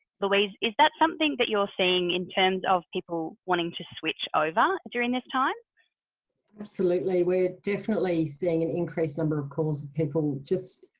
louise, is that something that you're seeing in terms of people wanting to switch over during this time? louise absolutely, we're definitely seeing an increased number of calls, people just